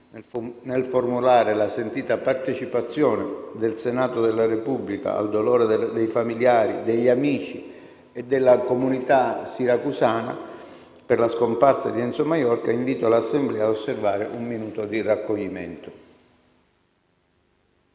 Nel formulare la sentita partecipazione del Senato della Repubblica al dolore dei familiari, degli amici e della comunità siracusana per la scomparsa di Enzo Maiorca, invito l'Assemblea ad osservare un minuto di raccoglimento.